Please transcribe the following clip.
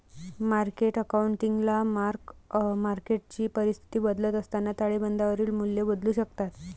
market अकाउंटिंगला mark मार्केटची परिस्थिती बदलत असताना ताळेबंदावरील मूल्ये बदलू शकतात